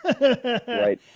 Right